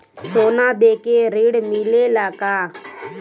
सोना देके ऋण मिलेला का?